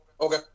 Okay